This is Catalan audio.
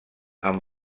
amb